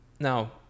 now